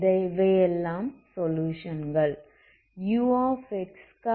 இவையெல்லாம் சொலுயுஷன்கள்